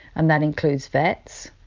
and that includes vets,